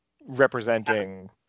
representing